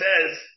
says